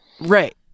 Right